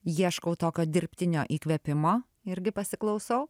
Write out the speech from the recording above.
ieškau tokio dirbtinio įkvėpimo irgi pasiklausau